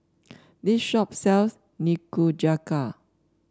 this shop sells Nikujaga